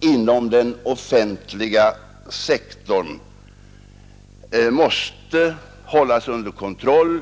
inom den offentliga sektorn måste hållas under kontroll.